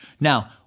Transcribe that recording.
Now